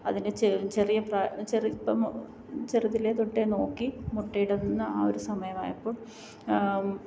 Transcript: അതിനെ ചെറിയ ചെറിയ ഇപ്പോം ചെറുതിലെ തൊട്ട് നോക്കി മുട്ടയിടുന്ന ആ ഒരു സമയമായപ്പോൾ